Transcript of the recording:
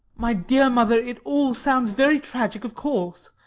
my dear mother, it all sounds very tragic, of course.